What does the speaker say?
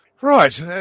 Right